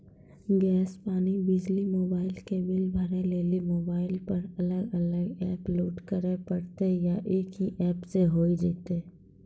Gas, पानी, बिजली, mobile के बिल भरे लेली मोबाइल पर अलग अलग एप्प लोड करे परतै या एक ही एप्प से होय जेतै?